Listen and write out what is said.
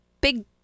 big